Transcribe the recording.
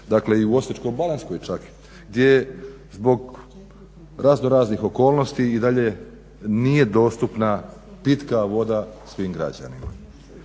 dakle i u Osječko-baranjskoj čak gdje zbog razno raznih okolnosti i dalje nije dostupna pitka voda svim građanima.